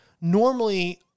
normally